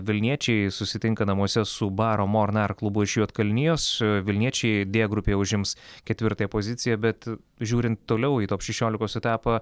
vilniečiai susitinka namuose su baro mornar klubu iš juodkalnijos vilniečiai d grupėje užims ketvirtąją poziciją bet žiūrint toliau į top šešiolikos etapą